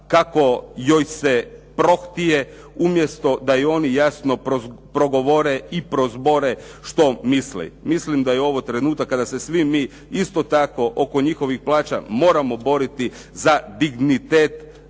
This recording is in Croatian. kako joj se prohtije, umjesto da i oni jasno progovore i prozbore što misle. Mislim da je ovo trenutak kada se svi mi isto tako oko njihovih plaća moramo boriti za dignitet